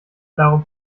darum